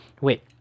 Wait